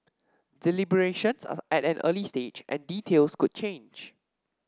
deliberations are at an early stage and details could change